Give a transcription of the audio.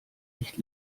nicht